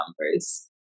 numbers